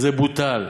זה בוטל.